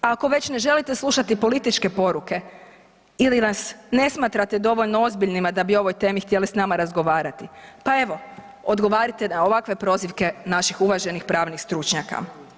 A ako već ne želite slušati političke poruke ili nas ne smatrate dovoljno ozbiljnima da bi o ovoj temi htjeli s nama razgovarati, pa evo odgovarajte na ovakve prozivke naših uvaženih pravnih stručnjaka.